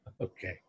Okay